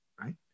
right